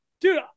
Dude